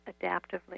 adaptively